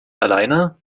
alleine